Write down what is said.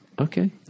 Okay